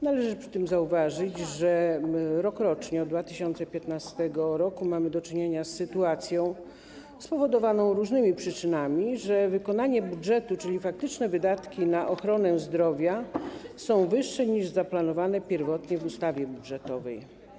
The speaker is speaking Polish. Należy przy tym zauważyć, że rokrocznie od 2015 r. mamy do czynienia z sytuacją spowodowaną różnymi przyczynami, więc wykonanie budżetu, czyli faktyczne wydatki na ochronę zdrowia, jest wyższe, niż zaplanowano pierwotnie w ustawie budżetowej.